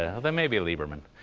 ah although maybe lieberman.